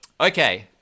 okay